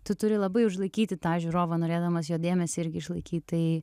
tu turi labai užlaikyti tą žiūrovą norėdamas jo dėmesį irgi išlaikyt tai